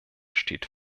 steht